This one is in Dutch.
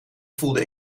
voelde